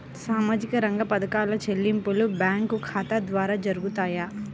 సామాజిక రంగ పథకాల చెల్లింపులు బ్యాంకు ఖాతా ద్వార జరుగుతాయా?